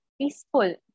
peaceful